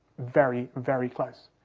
very, very close,